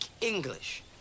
English